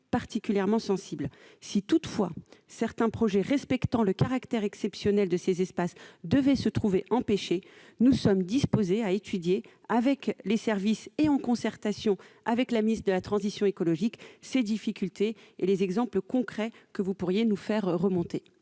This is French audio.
particulièrement sensibles. Si, toutefois, certains projets respectant le caractère exceptionnel de ces espaces devaient se trouver empêchés, mes services sont disposés à étudier, en concertation avec la ministre de la transition écologique, ces difficultés et les exemples concrets que vous pourriez nous faire remonter.